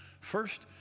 First